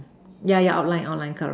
yeah yeah outline outline correct